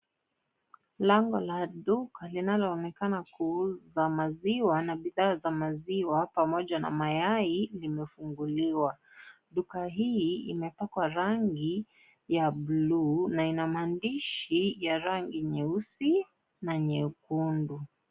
Lango la duka linaloonekana kuuza maziwa na bidhaa za maziwa pamoja na mayai limefunguliwa, duka hii imepakwa rangi ya bluu na ina maandishi ya rangi nyeusi na nyekundu.